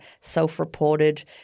self-reported